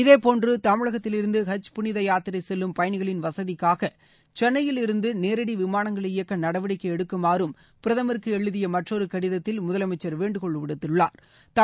இதேபோன்று தமிழகத்தில் இருந்து ஹஜ் புனித யாத்திரை செல்லும் பயனிகளின் வசதிக்காக சென்னையில் இருந்து நேரடி விமானங்களை இயக்க நடவடிக்கை எடுக்குமாறும் பிரதமருக்கு எழுதிய மற்றொரு கடிதத்தில் முதலமைச்சா் வேண்டுகோள் விடுத்துள்ளாா்